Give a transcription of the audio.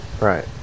Right